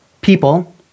people